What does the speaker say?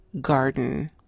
garden